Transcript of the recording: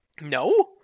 No